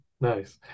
Nice